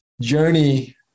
journey